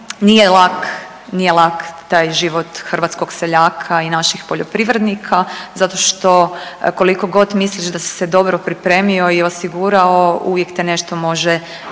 nije lak taj život hrvatskog seljaka i naših poljoprivrednika zato što, koliko god misliš da si se dobro pripremio i osigurao, uvijek te nešto može